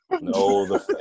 No